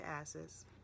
asses